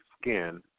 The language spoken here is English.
skin